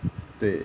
对